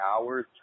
hours